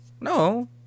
No